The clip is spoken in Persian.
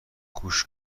گوش